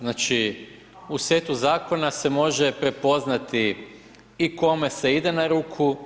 Znači u setu zakona se može prepoznati i kome se ide na ruku i kome se ne ide na ruku.